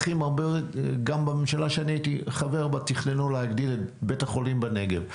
גם בממשלה שאני הייתי חבר בתכנון להגדיל את בית החולים בנגב.